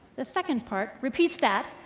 the second part repeats that.